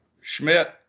Schmidt